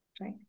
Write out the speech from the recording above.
Right